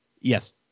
Yes